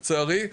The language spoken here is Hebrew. לצערי.